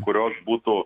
kurios būtų